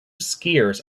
skiers